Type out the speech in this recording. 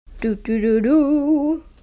Do-do-do-do